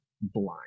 blind